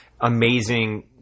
amazing